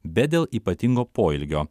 bet dėl ypatingo poelgio